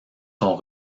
sont